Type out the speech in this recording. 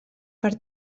per